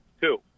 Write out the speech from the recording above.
two